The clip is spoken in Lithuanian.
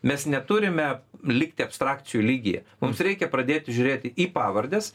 mes neturime likti abstrakcijų lygyje mums reikia pradėti žiūrėti į pavardes